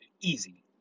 easy